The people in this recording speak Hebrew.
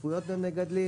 לשותפויות בין מגדלים,